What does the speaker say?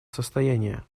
состояния